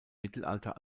mittelalter